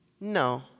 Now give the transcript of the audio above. No